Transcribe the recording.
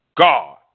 God